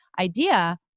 idea